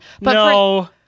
No